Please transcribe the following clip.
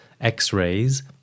x-rays